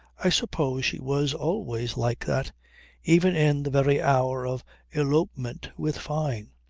i suppose she was always like that even in the very hour of elopement with fyne.